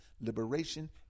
liberation